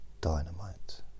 dynamite